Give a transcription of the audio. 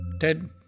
Ted